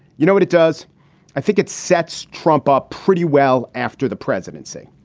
you know what it does i think it sets trump up pretty well after the presidency.